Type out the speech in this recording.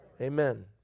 amen